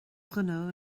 ghnó